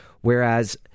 whereas